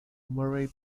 murray